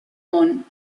món